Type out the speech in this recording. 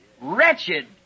Wretched